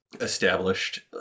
established